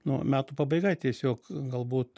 nu metų pabaiga tiesiog galbūt